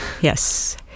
Yes